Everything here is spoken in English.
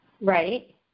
Right